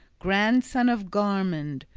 grandson of garmund,